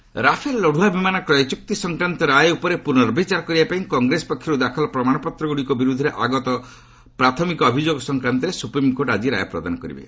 SC Rafale Rafale ଲଢୁଆ ବିମାନ କ୍ରୟ ଚୁକ୍ତି ସଂକ୍ରାନ୍ତ ରାୟ ଉପରେ ପୁନର୍ବଚାର କରିବା ପାଇଁ କଂଗ୍ରେସ ପକ୍ଷରୁ ଦାଖଲ ପ୍ରମାଣପତ୍ରଗୁଡ଼ିକ ବିରୁଦ୍ଧରେ ଆଗତ ପ୍ରାଥମିକ ଅଭିଯୋଗ ସଂକ୍ରାନ୍ତରେ ସୁପ୍ରିମ୍କୋର୍ଟ ଆଜି ରାୟ ପ୍ରଦାନ କରିବେ